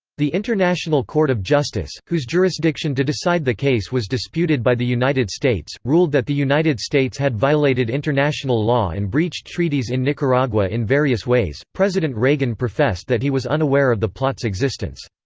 the international court of justice, whose jurisdiction to decide the case was disputed by the united states, ruled that the united states had violated international law and breached treaties in nicaragua in various ways president reagan professed that he was unaware of the plot's existence.